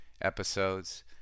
episodes